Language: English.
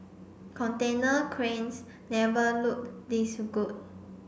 container cranes never looked this good